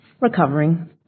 recovering